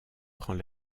prend